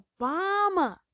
Obama